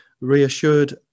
reassured